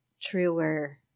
truer